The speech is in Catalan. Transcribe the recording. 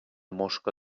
mosca